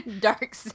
Dark